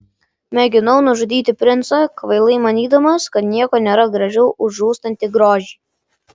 mėginau nužudyti princą kvailai manydamas kad nieko nėra gražiau už žūstantį grožį